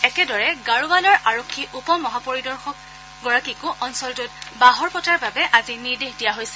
একেদৰে গাৰোৱালৰ আৰক্ষী উপ মহাপৰিদৰ্শকগৰাকীকো অঞ্চলটোত বাহৰ পতাৰ বাবে আজি নিৰ্দেশ দিয়া হৈছে